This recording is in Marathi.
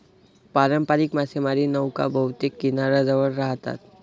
पारंपारिक मासेमारी नौका बहुतेक किनाऱ्याजवळ राहतात